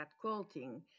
quilting